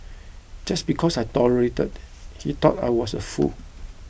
just because I tolerated he thought I was a fool